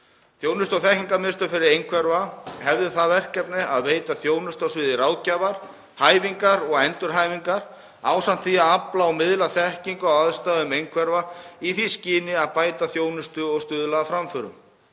Þjónustu- og þekkingarmiðstöð fyrir einhverfa hefði það verkefni að veita þjónustu á sviði ráðgjafar, hæfingar og endurhæfingar ásamt því að afla og miðla þekkingu á aðstæðum einhverfra í því skyni að bæta þjónustu og stuðla að framförum.